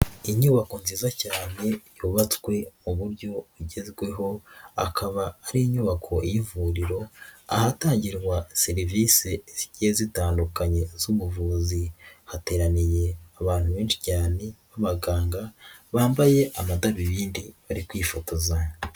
Inyubako nziza cyane yubatswe mu buryo bugezweho akaba ari inyubako y'ivuriro ahatangirwa serivise zigiye zitandukanye z'ubuvuzi hateraniye abantu benshi cyane b'abaganga bambaye amadabibindi bari kwifotoza.